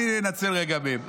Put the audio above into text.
אני אנצל רגעים.